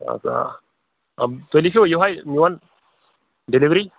آ تُہۍ لیٖکھِو یِہے میون ڈیٚلِؤری